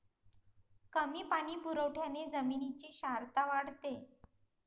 कमी पाणी पुरवठ्याने जमिनीची क्षारता वाढते